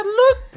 look